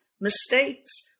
mistakes